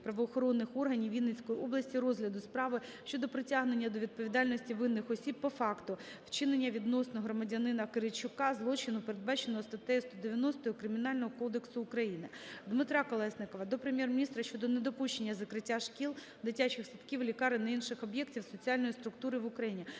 правоохоронних органів Вінницької області розгляду справи щодо притягнення до відповідальності винних осіб по факту вчинення відносно громадянина Киричука злочину передбаченого ст.190 Кримінального кодексу України. Дмитра Колєснікова до Прем'єр-міністра щодо недопущення закриття шкіл, дитячих садків, лікарень та інших об'єктів соціальної структури в Україні.